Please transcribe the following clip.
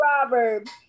Proverbs